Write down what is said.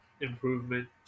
improvement